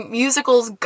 musicals